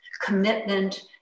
commitment